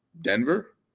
Denver